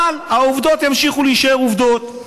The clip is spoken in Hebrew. אבל העובדות ימשיכו להישאר עובדות,